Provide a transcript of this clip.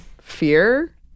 Fear